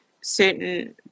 certain